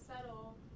settle